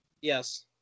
Yes